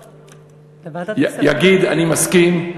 יגיד: אני מסכים,